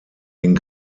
den